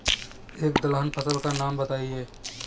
एक दलहन फसल का नाम बताइये